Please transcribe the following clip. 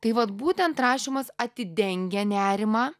tai vat būtent rašymas atidengia nerimą